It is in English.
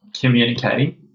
communicating